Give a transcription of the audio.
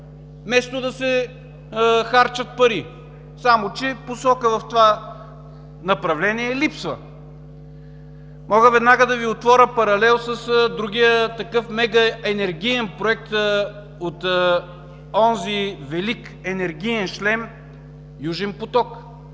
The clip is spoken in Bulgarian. вместо да се харчат пари, само че посока в това направление липсва. Мога веднага да Ви отворя паралел с другия такъв мегаенергиен проект от онзи велик енергиен шлем „Южен поток“.